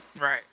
Right